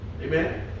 Amen